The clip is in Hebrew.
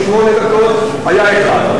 לפני שמונה דקות היה אחד.